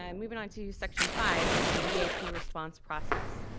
um moving onto section five is the eap response process.